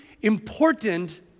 important